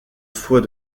fois